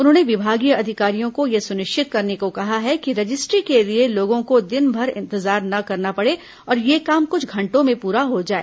उन्होंने विभागीय अधिकारियों को यह सुनिश्चित करने को कहा है कि रजिस्ट्री के लिए लोगों को दिनभर इंतजार ना करना पड़े और यह काम कृछ घंटों पूरा हो जाए